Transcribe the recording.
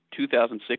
2006